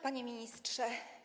Panie Ministrze!